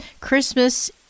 Christmas